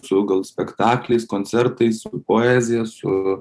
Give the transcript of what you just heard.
su gal spektakliais koncertais poezija su